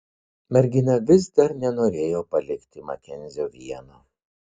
mergina vis dar nenorėjo palikti makenzio vieno